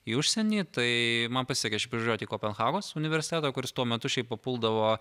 į užsienį tai man pasisekė išvažiuoti į kopenhagos universitetą kuris tuo metu šiaip papuldavo